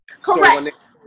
Correct